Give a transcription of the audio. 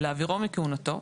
להעבירו מכהונתו,